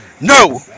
No